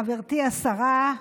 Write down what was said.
חברתי השרה,